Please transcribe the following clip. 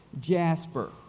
jasper